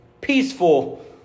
peaceful